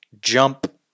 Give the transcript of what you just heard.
jump